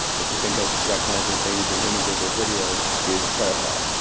if you think of recognizing things and images or video, you should use clarifai.